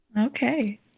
Okay